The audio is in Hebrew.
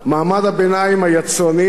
מעמד הביניים היצרני,